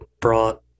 brought